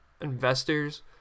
investors